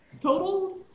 total